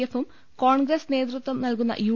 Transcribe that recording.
എഫും കോൺഗ്രസ് നേതൃത്വം നൽകുന്ന യു